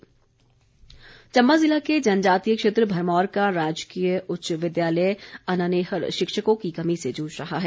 school Chamba ज़िला के जनजातीय क्षेत्र भरमौर का राजकीय उच्च विद्यालय अनानेहर शिक्षकों की कमी से जूझ रहा है